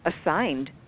assigned